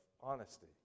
honesty